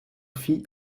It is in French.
fit